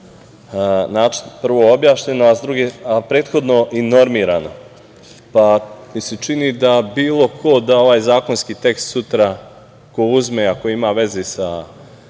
prvo objašnjeno, a prethodno i normiran, pa mi se čini da bilo ko da ovaj zakonski tekst sutra ko uzme, ako ima veze i sa